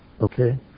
Okay